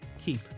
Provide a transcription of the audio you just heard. keep